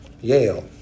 Yale